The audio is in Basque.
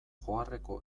joarreko